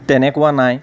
তেনেকুৱা নাই